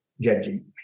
judging